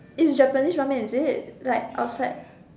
is Japanese ramen is it like outside